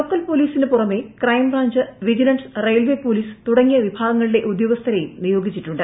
local പോലീസിനു പുറമേ crime branch vigilance railway police തുടങ്ങിയ വിഭാഗങ്ങളിലേ ഉദ്യോഗസ്ഥരേയും നിയോഗിച്ചിട്ടുണ്ട്